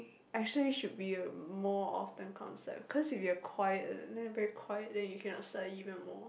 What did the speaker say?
actually should be a more open concept cause if you have a quiet then very quiet then you cannot study even more